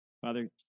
Father